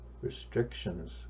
restrictions